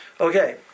Okay